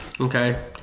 Okay